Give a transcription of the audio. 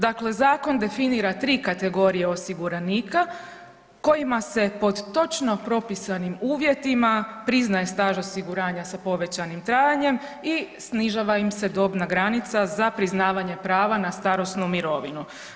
Dakle, zakon definira 3 kategorije osiguranika kojima se pod točno propisanim uvjetima priznaje staž osiguranja s povećanim trajanjem i snižava im se dobna granica za priznavanje prava na starosnu mirovinu.